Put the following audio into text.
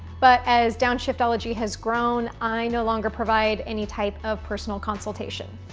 but as downshiftology has grown, i no longer provide any type of personal consultation.